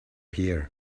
here